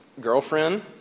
Girlfriend